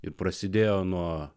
ir prasidėjo nuo